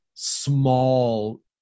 small